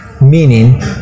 meaning